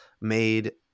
made